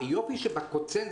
זה היופי שבקונצנזוס